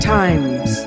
times